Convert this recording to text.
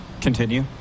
Continue